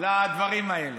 לדברים האלה.